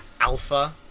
alpha